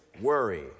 worry